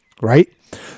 Right